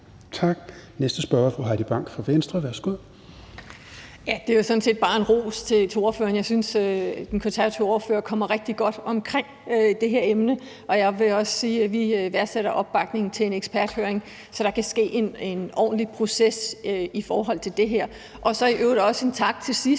Tak. Næste spørger er fru Heidi Bank fra Venstre. Værsgo. Kl. 11:45 Heidi Bank (V): Det er sådan set bare en ros til ordføreren. Jeg synes, den konservative ordfører kommer rigtig godt omkring det her emne, og jeg vil også sige, at vi værdsætter opbakningen til en eksperthøring, så der kan ske en ordentlig proces i forhold til det her. I øvrigt vil jeg også til sidst